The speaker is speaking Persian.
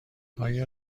آیا